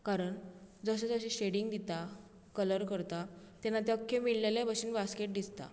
कारण जशें जशें शेडिंग दिता कलर करता तेन्ना ते आख्खे विणलेल्या बशेन ते बैस्किट दिसता